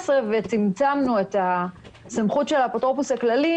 וצמצמנו את הסמכות של האפוטרופוס הכללי